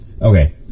Okay